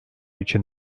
için